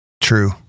True